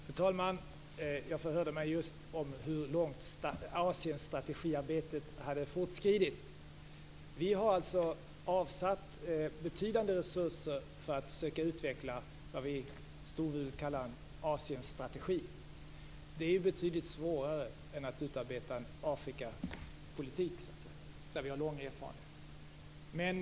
Fru talman! Jag förhörde mig just om hur långt Asienstrategiarbetet har fortskridit. Vi har avsatt betydande resurser för att försöka utveckla vad vi storvulet kallar för en Asienstrategi. Det är betydligt svårare än att utarbeta en Afrikapolitik. Där har vi en lång erfarenhet.